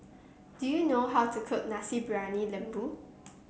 do you know how to cook Nasi Briyani Lembu